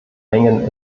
mengen